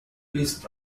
peace